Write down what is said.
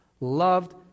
loved